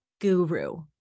guru